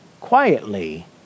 quietly